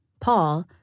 Paul